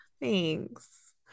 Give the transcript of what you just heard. Thanks